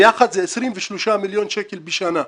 ביחד אלה 23 מיליון שקלים בשנה.